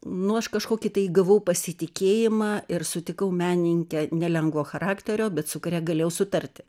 nu aš kažkokį tai gavau pasitikėjimą ir sutikau menininkę nelengvo charakterio bet su kuria galėjau sutarti